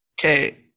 Okay